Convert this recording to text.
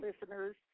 listeners